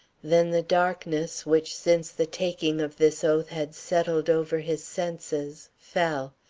then the darkness, which since the taking of this oath had settled over his senses, fell,